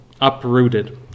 uprooted